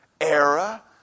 era